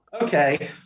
Okay